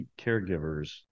caregivers